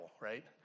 right